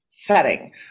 setting